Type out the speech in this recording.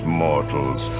mortals